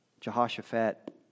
Jehoshaphat